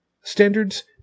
standards